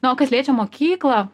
na o kas liečia mokyklą